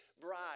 bride